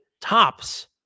tops